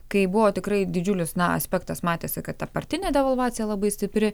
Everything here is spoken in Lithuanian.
kai buvo tikrai didžiulis na aspektas matėsi kad ta partinė devalvacija labai stipri